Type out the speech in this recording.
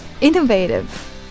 innovative